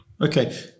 Okay